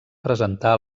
presentar